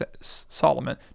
Solomon